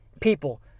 people